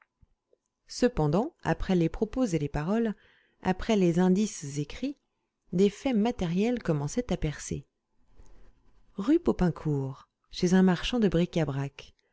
cependant après les propos et les paroles après les indices écrits des faits matériels commençaient à percer rue popincourt chez un marchand de bric-à-brac